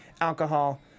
alcohol